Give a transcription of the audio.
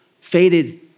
faded